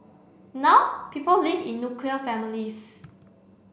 now people live in nuclear families